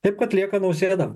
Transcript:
taip kad lieka nausėda